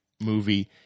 movie